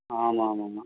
ஆமாம் ஆமாம்மா